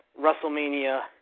WrestleMania